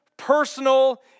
personal